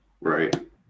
Right